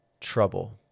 trouble